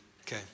Okay